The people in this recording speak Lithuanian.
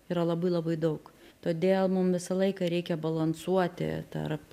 yra labai labai daug todėl mum visą laiką reikia balansuoti tarp